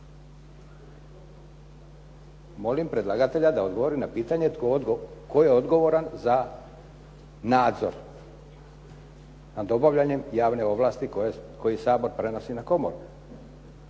Molim predlagatelja da odgovori na pitanje tko je odgovoran za nadzor nad obavljanjem javne ovlasti koji Sabor prenosi na komoru.